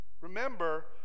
remember